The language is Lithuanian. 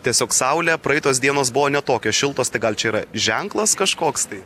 tiesiog saulė praeitos dienos buvo ne tokios šiltos tai gal čia yra ženklas kažkoks tai